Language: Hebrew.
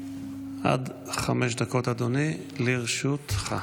עד חמש דקות, אדוני, לרשותך.